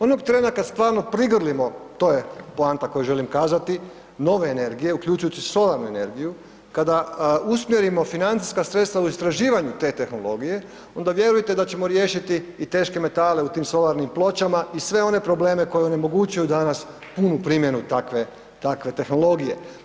Onog trena kad stvarno prigrlimo, to je poanta koju želim kazati, nove energije uključujući solarnu energiju, kada usmjerimo financijska sredstva u istraživanju te tehnologije onda vjerujte da ćemo riješiti i teške metale u tim solarnim pločama i sve one probleme koji onemogućuju danas punu primjenu takve, takve tehnologije.